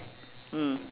mm